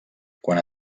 quan